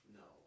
no